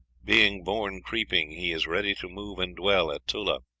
being born creeping, he is ready to move and dwell at tula.